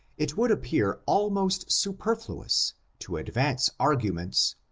it would appear almost superfluous to advance arguments,